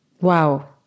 Wow